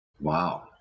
Wow